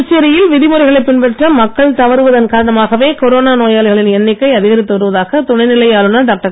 புதுச்சேரியில் விதிமுறைகளை பின்பற்ற மக்கள் தவறுவதன் காரணமாகவே கொரோனா நோயாளிகளின் எண்ணிக்கை அதிகரித்து வருவதாக துணைநிலை ஆளுனர் டாக்டர்